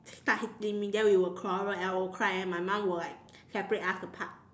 start hitting me then we will quarrel and I will cry and my mom will like separate us apart